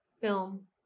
film